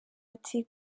ati